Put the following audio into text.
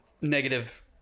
negative